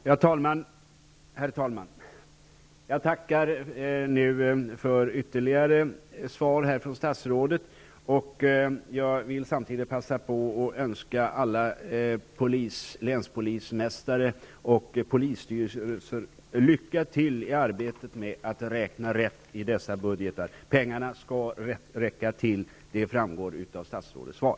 Herr talman! Jag tackar för ytterligare svar från statsrådet. Jag vill samtidigt passa på att önska alla länspolismästare och polisstyrelser lycka till i arbetet med att räkna rätt i dessa budgetar. Pengarna skall räcka till. Det framgår av statsrådets svar.